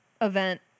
event